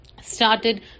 Started